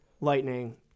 lightning